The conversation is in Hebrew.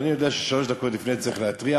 אבל אני יודע ששלוש דקות לפני כן צריך להתריע.